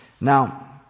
Now